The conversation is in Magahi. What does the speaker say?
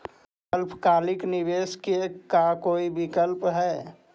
अल्पकालिक निवेश के का कोई विकल्प है?